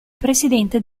presidente